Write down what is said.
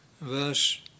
Verse